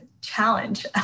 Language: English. challenge